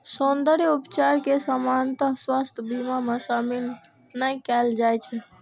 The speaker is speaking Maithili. सौंद्रर्य उपचार कें सामान्यतः स्वास्थ्य बीमा मे शामिल नै कैल जाइ छै